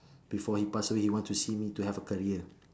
before he pass away he want to see me to have a career